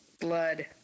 Blood